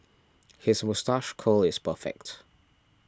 his curl is perfect